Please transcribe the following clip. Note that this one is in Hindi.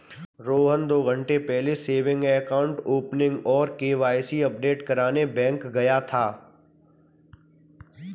रोहन दो घन्टे पहले सेविंग अकाउंट ओपनिंग और के.वाई.सी अपडेट करने के लिए बैंक गया था